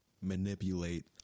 manipulate